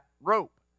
rope